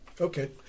Okay